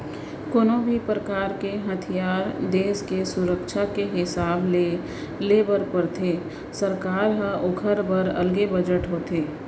कोनो भी परकार के हथियार देस के सुरक्छा के हिसाब ले ले बर परथे सरकार ल ओखर बर अलगे बजट होथे